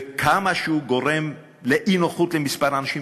וכמה שהוא גורם אי-נוחות לכמה אנשים,